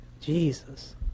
Jesus